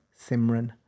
Simran